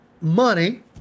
money